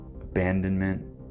abandonment